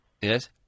Yes